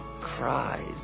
cries